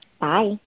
Bye